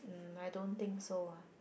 um I don't think so ah